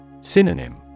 Synonym